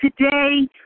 today